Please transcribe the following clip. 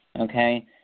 Okay